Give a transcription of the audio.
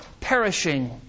perishing